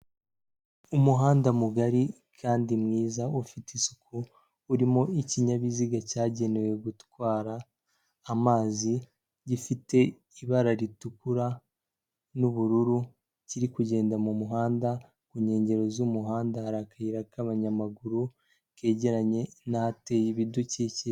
Umuhanda mugari kandi mwiza ufite isuku, urimo ikinyabiziga cyagenewe gutwara amazi, gifite ibara ritukura n'ubururu kiri kugenda mu muhanda. Ku nkengero z'umuhanda hari akayira k'abanyamaguru kegeranye n'ahateye ibidukikije.